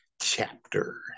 chapter